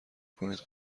کنید